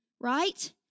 right